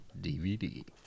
DVD